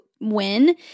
win